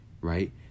right